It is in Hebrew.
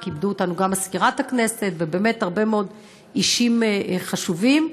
וכיבדו אותנו גם מזכירת הכנסת והרבה מאוד אישים חשובים.